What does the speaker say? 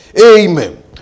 Amen